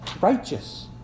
righteous